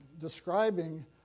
describing